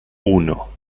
uno